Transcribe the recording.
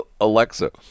Alexa